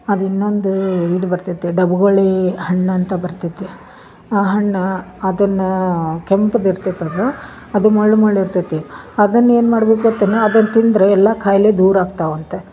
ಅದು ಇನ್ನೊಂದು ಇದು ಬರ್ತೈತಿ ಡಬ್ಗೋಳೀ ಹಣ್ಣಂತ ಬರ್ತೈತಿ ಆ ಹಣ್ಣ ಅದನ್ನ ಕೆಂಪ್ಗೆ ಇರ್ತೈತಿ ಅದು ಅದು ಮುಳ್ಳು ಮುಳ್ಳು ಇರ್ತೈತಿ ಅದನ್ನ ಏನ್ಮಾಡ್ಬೇಕು ಗೊತ್ತೆನು ಅದನ್ನ ತಿಂದರೆ ಎಲ್ಲ ಕಾಯಿಲೆ ದೂರ ಆಗ್ತವಂತೆ